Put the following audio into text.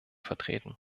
vertreten